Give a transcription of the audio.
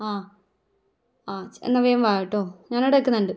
ആ ആ എന്നാൽ വേഗം വാ കേട്ടോ ഞാനവിടെ നിൽക്കുന്നുണ്ട്